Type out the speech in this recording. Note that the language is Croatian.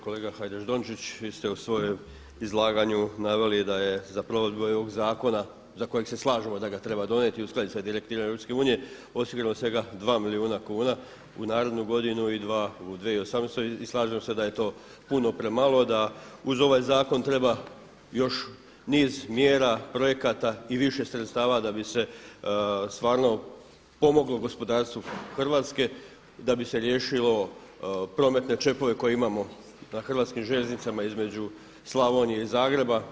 Kolega Hajdaš Dončić, vi ste u svome izlaganju naveli da je za provedbu ovog zakona za kojeg se slažemo da ga treba donijeti i uskladiti s direktivama Europske unije, osigurano svega 2 milijuna kuna u narednu godinu i 2 u 2018. godinu, i slažem se da je to puno premalo, da uz ovaj zakon treba još niz mjera, projekata i više sredstava da bi se stvarno pomoglo gospodarstvu Hrvatske, da bi se riješilo prometne čepove koje imamo na hrvatskim željeznicama između Slavonije i Zagreba.